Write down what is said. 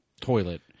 toilet